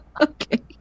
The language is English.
Okay